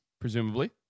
presumably